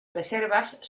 reservas